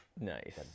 nice